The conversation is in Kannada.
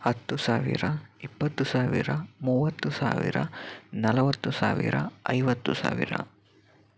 ಹತ್ತು ಸಾವಿರ ಇಪ್ಪತ್ತು ಸಾವಿರ ಮೂವತ್ತು ಸಾವಿರ ನಲವತ್ತು ಸಾವಿರ ಐವತ್ತು ಸಾವಿರ